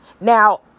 Now